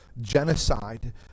Genocide